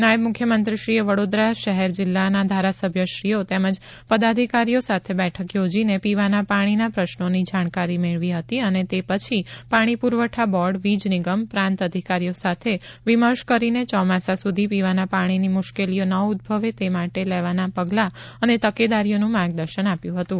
નાયબ મુખ્યમંત્રીશ્રીએ વડોદરા શહેર જિલ્લાના ધારાસભ્યશ્રીઓ તેમજ પદાધિકારીઓ સાથે બેઠક યોજીને પીવાના પાણીના પ્રશ્રોની જાણકારી મેળવી હતી અને તે પછી પાણી પુરવઠા બોર્ડ વીજ નિગમ પ્રાંત અધિકારીઓ સાથે વિમર્શ કરીને ચોમાસા સુધી પીવાના પાણીની મુશ્કેલીઓ ન ઉદ્દભવે તે માટે લેવાના પગલાં અને તકેદારીઓનું માર્ગદર્શન આપ્યુ હતું